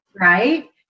right